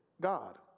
God